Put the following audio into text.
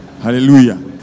Hallelujah